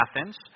Athens